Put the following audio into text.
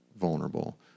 vulnerable